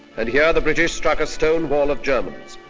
and here the british struck a stone wall of germans.